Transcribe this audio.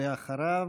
ואחריו,